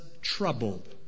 troubled